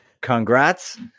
Congrats